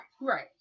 Right